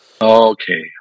Okay